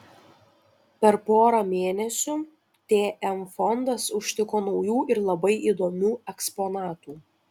per porą mėnesių tm fondas užtiko naujų ir labai įdomių eksponatų